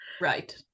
Right